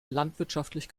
landwirtschaftlich